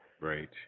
Right